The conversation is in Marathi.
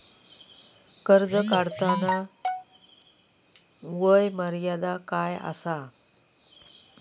कर्ज काढताना वय मर्यादा काय आसा?